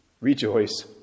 Rejoice